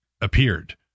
appeared